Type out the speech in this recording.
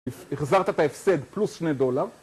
‫החזרת את ההפסד פלוס שני דולר.